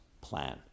plan